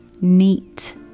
neat